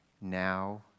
now